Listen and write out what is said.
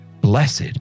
blessed